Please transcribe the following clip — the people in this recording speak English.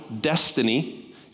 destiny